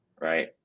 Right